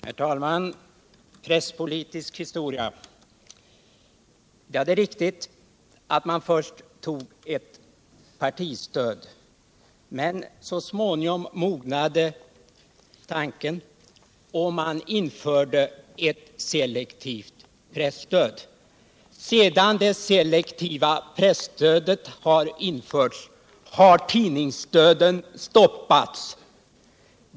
Herr talman! Vad gäller den presspolitiska historien är det riktigt att man först införde ett partistöd. Men så småningom mognade tanken på ett presstöd, och man införde ett selektivt sådant. Sedan det selektiva presstödet har införts har tidningsdöden stoppats.